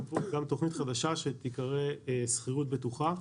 גם תוכנית חדשה שתיקרא "שכירות בטוחה".